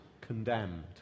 condemned